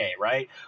right